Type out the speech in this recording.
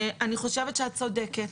אני חושבת שאת צודקת,